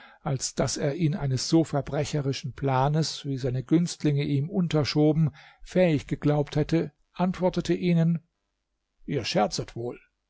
als daß er ihn eines so verbrecherischen planes wie seine günstlinge ihm unterschoben fähig geglaubt hätte antwortete ihnen ihr scherzet wohl